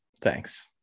Thanks